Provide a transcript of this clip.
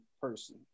person